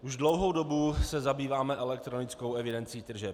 Už dlouhou dobu se zabýváme elektronickou evidencí tržeb.